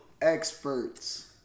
Experts